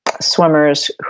swimmers